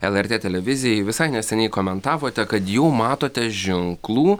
lrt televizijai visai neseniai komentavote kad jau matote ženklų